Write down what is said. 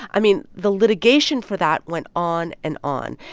i mean, the litigation for that went on and on.